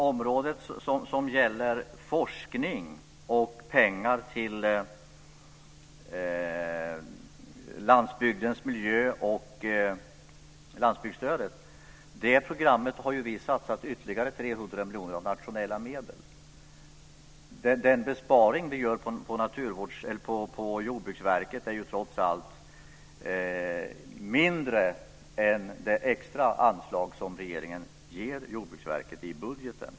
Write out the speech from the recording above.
Herr talman! På områdena forskning, pengar till landsbygdens miljö och landsbygdsstödet har vi satsat ytterligare 300 miljoner av nationella medel. Den besparing vi gör på Jordbruksverket är ju trots allt mindre än det extra anslag som regeringen ger Jordbruksverket i budgeten.